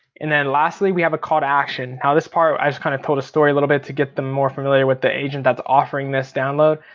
and then lastly we have a call to action. now this part i just kind of told a story a little bit to get them more familiar with the agent that's offering this download.